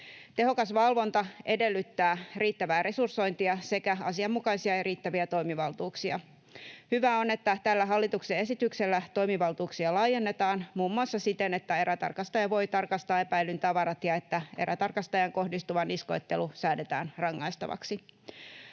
Tehokas valvonta edellyttää riittävää resursointia sekä asianmukaisia ja riittäviä toimivaltuuksia. Hyvää on, että tällä hallituksen esityksellä toimivaltuuksia laajennetaan muun muassa siten, että erätarkastaja voi tarkastaa epäillyn tavarat ja erätarkastajaan kohdistuva niskoittelu säädetään rangaistavaksi.